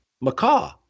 macaw